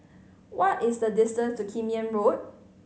what is the distance to Kim Yam Road